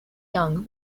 young